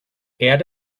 add